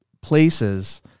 places